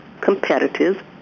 competitive